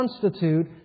constitute